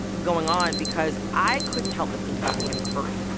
going on because i couldn't help but think about ann curry.